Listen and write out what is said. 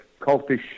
cultish